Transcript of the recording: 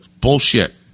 Bullshit